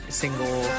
single